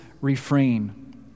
refrain